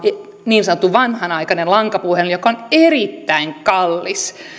niin sanottu vanhanaikainen lankapuhelin ja ne ovat erittäin kalliita siis ne